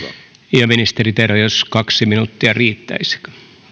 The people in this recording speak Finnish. ministeri terho kaksi minuuttia riittäisikö